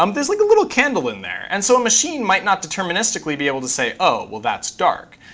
um there's like a little candle in there. and so a machine might not deterministically be able to say, oh, well that's dark,